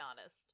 honest